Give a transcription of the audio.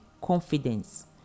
confidence